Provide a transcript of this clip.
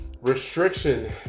restriction